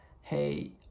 hey